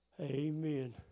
Amen